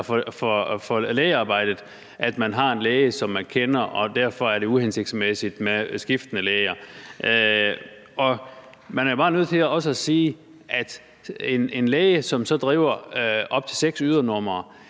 for lægearbejdet, at man har en læge, som man kender, og derfor er det uhensigtsmæssigt med skiftende læger. Man er også bare nødt til at sige, at hvis en læge driver op til seks ydernumre,